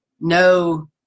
No